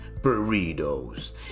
burritos